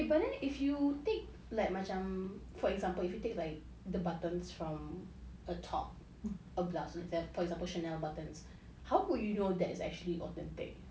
eh but then if you take like macam for example if you take like the buttons from a top a blouse for example Chanel buttons how would you know it's actually authentic